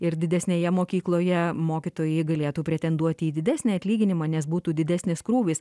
ir didesnėje mokykloje mokytojai galėtų pretenduoti į didesnį atlyginimą nes būtų didesnis krūvis